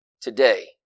today